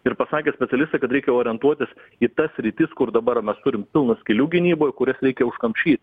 ir pasakė specialistai kad reikia orientuotis į tas sritis kur dabar mes turim pilna skylių gynyboj kurias reikia užkamšyt